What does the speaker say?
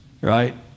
Right